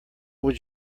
would